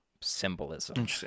symbolism